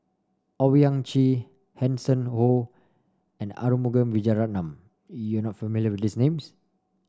Owyang Chi Hanson Ho and Arumugam Vijiaratnam you are not familiar with these names